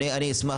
אני אשמח,